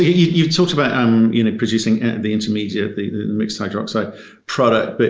you've talked about um you know producing and the intermediate, the mixed hydroxide product, but